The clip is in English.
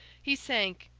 he sank,